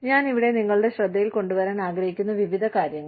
ഞാൻ ഇവിടെ നിങ്ങളുടെ ശ്രദ്ധയിൽ കൊണ്ടുവരാൻ ആഗ്രഹിക്കുന്ന വിവിധ കാര്യങ്ങൾ